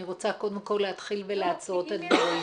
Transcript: אני רוצה קודם כל להתחיל ולעשות את הדברים.